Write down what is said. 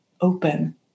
open